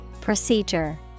Procedure